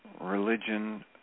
religion